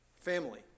Family